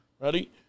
Ready